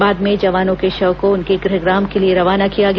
बाद में जवानों के शव को उनके गृहग्राम के लिए रवाना किया गया